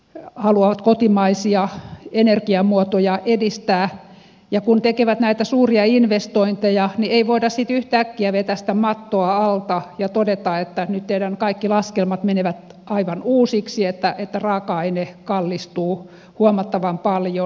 energiantuotannossa haluavat kotimaisia energiamuotoja edistää ja kun ne tekevät näitä suuria investointeja niin ei voida sitten yhtäkkiä vetäistä mattoa alta ja todeta että nyt teidän kaikki laskelmanne menevät aivan uusiksi että raaka aine kallistuu huomattavan paljon